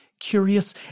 curious